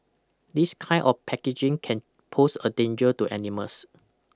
this kind of packaging can pose a danger to animals